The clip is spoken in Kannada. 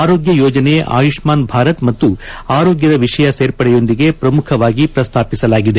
ಆರೋಗ್ಯ ಯೋಜನೆ ಆಯುಷ್ನಾನ್ ಭಾರತ್ ಮತ್ತು ಆರೋಗ್ಗದ ವಿಷಯ ಸೇರ್ಪಡೆಯೊಂದಿಗೆ ಪ್ರಮುಖವಾಗಿ ಪ್ರಸ್ತಾಪಿಸಲಾಗಿದೆ